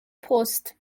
پست